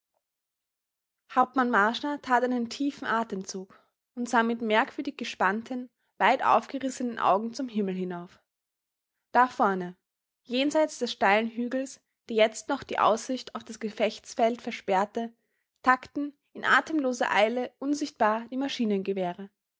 hauptmann marschner tat einen tiefen atemzug und sah mit merkwürdig gespannten weit aufgerissenen augen zum himmel hinauf da vorne jenseits des steilen hügels der jetzt noch die aussicht auf das gefechtsfeld versperrte tackten in atemloser eile unsichtbar die maschinengewehre